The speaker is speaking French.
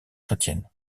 chrétienne